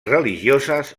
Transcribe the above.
religioses